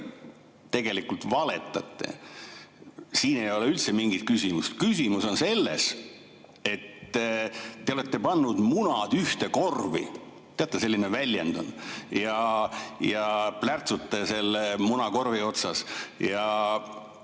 tegelikult valetate. Siin ei ole üldse mingit küsimust. Küsimus on selles, et te olete pannud munad ühte korvi. Teate, selline väljend on? Ja te plärtsute selle munakorvi otsas,